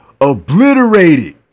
obliterated